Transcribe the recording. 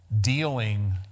dealing